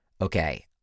okay